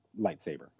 lightsaber